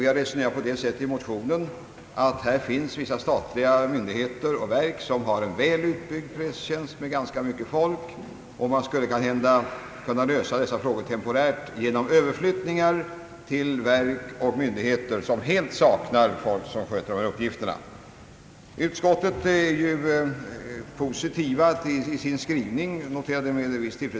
Vi har resonerat på så sätt i motionen att här finns vissa statliga verk och myndigheter som har en väl utbyggd presstjänst med ganska mycket folk och att man kanske skulle kunna lösa dessa frågor temporärt genom överflyttningar till verk och myndigheter som helt saknar folk som sköter dessa uppgifter. Jag noterar med viss tillfredsställelse att utskottet ställer sig positivt i sin skrivning.